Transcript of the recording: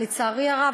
לצערי הרב,